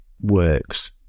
works